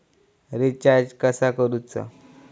Recharge कसा करूचा?